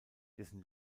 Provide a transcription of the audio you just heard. dessen